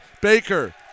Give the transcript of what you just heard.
Baker